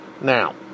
Now